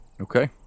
Okay